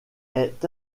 est